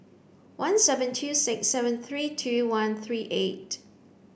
one seven two six seven three two one three eight